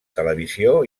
televisió